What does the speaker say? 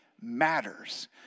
matters